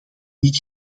niet